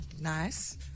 Nice